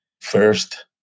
first